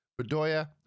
Bedoya